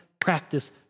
practice